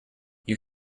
you